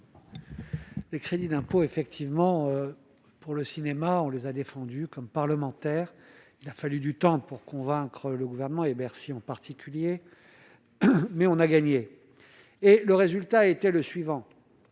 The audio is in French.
Les crédits d'impôt effectivement pour le cinéma, on les a défendus comme parlementaire, il a fallu du temps pour convaincre le gouvernement et Bercy en particulier mais on a gagné et le résultat était le suivant